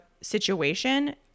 situation